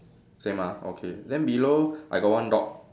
same ah okay then below I got one dog